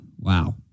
Wow